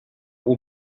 will